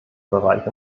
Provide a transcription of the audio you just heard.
bereich